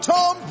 Tom